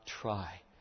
try